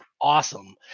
awesome